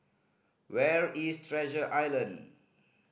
where is Treasure Island